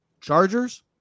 Chargers